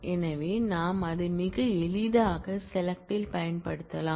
எனவே நாம் அதை மிக எளிதாக SELECT இல் பயன்படுத்தலாம்